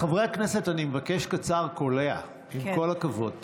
חברי הכנסת, אני מבקש: קצר, קולע, עם כל הכבוד.